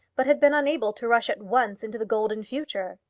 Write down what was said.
but had been unable to rush at once into the golden future.